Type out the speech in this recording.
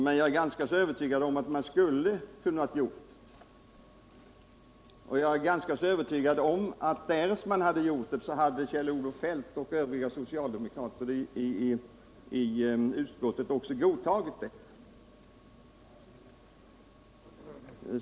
Men jag är ganska övertygad om att regeringen skulle ha kunnat göra det, och jag är också ganska övertygad om att därest regeringen gjort det hade Kjell-Olof Feldt och övriga socialdemokrater i utskottet även godtagit detta.